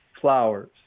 flowers